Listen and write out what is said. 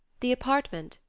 the apartment,